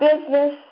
business